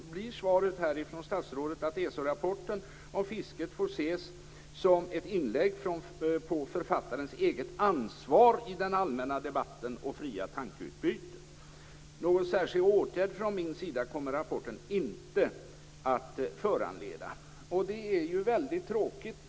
Svaret från statsrådet är: ESO-rapporten om fisket får ses som ett inlägg på författarens eget ansvar i den allmänna debatten och i det fria tankeutbytet. Någon särskild åtgärd från min sida kommer rapporten inte att föranleda. Det är ju väldigt tråkigt.